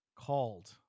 called